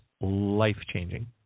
life-changing